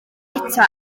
eto